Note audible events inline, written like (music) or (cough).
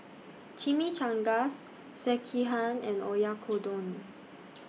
Chimichangas Sekihan and (noise) Oyakodon